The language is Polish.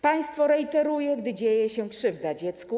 Państwo rejteruje, gdy dzieje się krzywda dziecku.